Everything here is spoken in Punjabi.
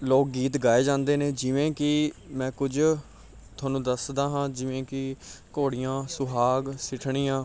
ਲੋਕ ਗੀਤ ਗਾਏ ਜਾਂਦੇ ਨੇ ਜਿਵੇਂ ਕਿ ਮੈਂ ਕੁਝ ਤੁਹਾਨੂੰ ਦੱਸਦਾ ਹਾਂ ਜਿਵੇਂ ਕਿ ਘੋੜੀਆਂ ਸੁਹਾਗ ਸਿੱਠਣੀਆਂ